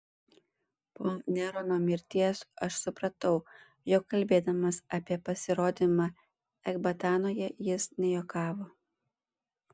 po nerono mirties aš supratau jog kalbėdamas apie pasirodymą ekbatanoje jis nejuokavo